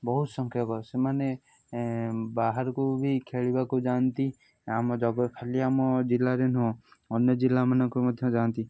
ବହୁତ ସଂଖ୍ୟକ ସେମାନେ ବାହାରକୁ ବି ଖେଳିବାକୁ ଯାଆନ୍ତି ଆମ ଜଗ ଖାଲି ଆମ ଜିଲ୍ଲାରେ ନୁହଁ ଅନ୍ୟ ଜିଲ୍ଲାମାନଙ୍କୁ ମଧ୍ୟ ଯାଆନ୍ତି